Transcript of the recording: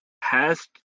past